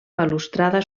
balustrada